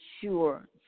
sure